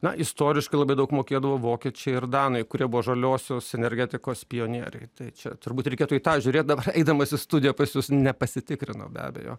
na istoriškai labai daug mokėdavo vokiečiai ir danai kurie buvo žaliosios energetikos pionieriai tai čia turbūt reikėtų į tą žiūrėt dabar eidamas į studiją pas jus nepasitikrinau be abejo